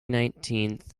nineteenth